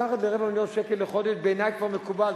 מתחת לרבע מיליון שקל בחודש בעיני כבר מקובל,